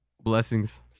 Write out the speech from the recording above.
Blessings